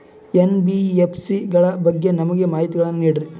NBFC ಗಳ ಬಗ್ಗೆ ನಮಗೆ ಮಾಹಿತಿಗಳನ್ನ ನೀಡ್ರಿ?